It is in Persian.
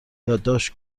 یادداشت